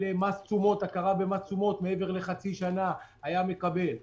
על הכרה במס תשומות מעבר לחצי שנה היה מקבל,